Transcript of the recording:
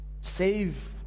save